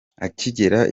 akigera